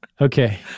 Okay